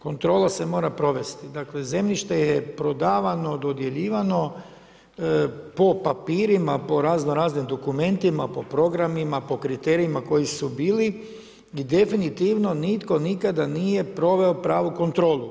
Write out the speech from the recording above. Kontrola se mora provesti, dakle zemljište je prodavano, dodjeljivano, po papirima, po raznoraznim dokumentima, po programima, po kriterijima koji su bili i definitivno nitko nikada nije proveo pravu kontrolu.